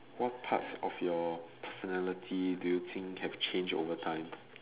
what parts of your personality do you think have changed over time